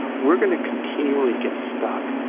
we're going to continually get stuck,